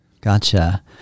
Gotcha